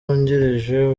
wungirije